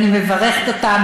ואני מברכת אותם.